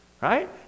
Right